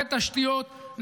בתשתיות.